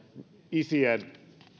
isien